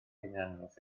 hunaniaeth